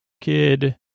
Kid